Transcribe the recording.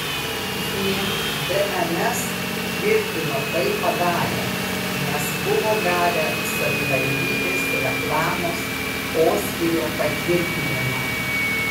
jie bns tvirtino tai padarę nes buvo gavę savivaldybės reklamos poskyrio patvirtinimą